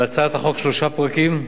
בהצעת החוק שלושה פרקים.